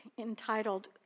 entitled